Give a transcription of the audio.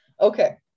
Okay